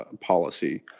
policy